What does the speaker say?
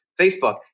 Facebook